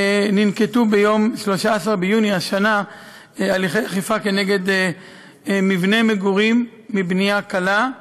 ננקטו ביום 13 ביוני השנה הליכי אכיפה כנגד מבנה מגורים מבנייה קלה,